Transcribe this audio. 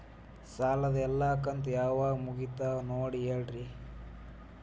ಸಾಲದ ಎಲ್ಲಾ ಕಂತು ಯಾವಾಗ ಮುಗಿತಾವ ನೋಡಿ ಹೇಳ್ರಿ